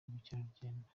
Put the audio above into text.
ubukerarugendo